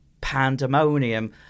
pandemonium